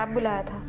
um blood